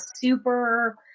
super